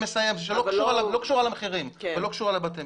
שאלה שלא קשורה למחירים ולא קשורה לבית המשפט.